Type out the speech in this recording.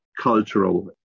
cultural